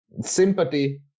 sympathy